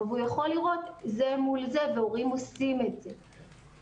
והוא יכול לראות זה מול זה והורים עושים את זה.